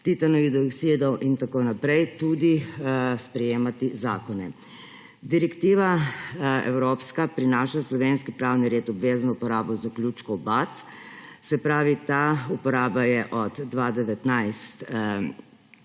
titanovih dioksidov in tako naprej, tudi sprejemati zakone. Direktiva evropska prinaša v slovenski pravni red obvezno uporabo zaključkov BAT, se pravi, ta uporaba je od 2019